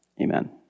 amen